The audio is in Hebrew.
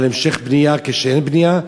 על המשך בנייה כשאין בנייה,